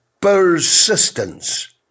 persistence